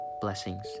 blessings